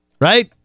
Right